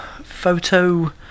Photo